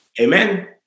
amen